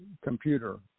computer